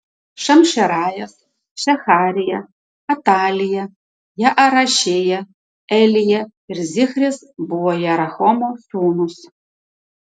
šamšerajas šeharija atalija jaarešija elija ir zichris buvo jerohamo sūnūs